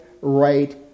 right